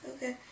Okay